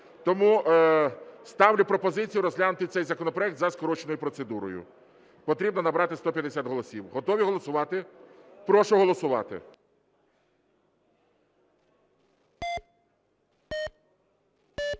Тому ставлю пропозицію розглянути цей законопроект за скороченою процедурою, потрібно набрати 150 голосів. Готові голосувати? Прошу голосувати.